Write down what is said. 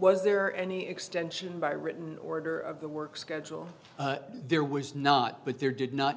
was there any extension by written order of the work schedule there was not but there did not